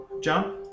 jump